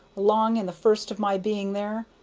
along in the first of my being there,